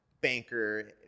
banker